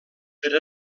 per